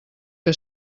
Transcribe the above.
que